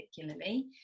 particularly